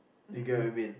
you get what I mean